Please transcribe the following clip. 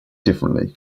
differently